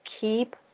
keep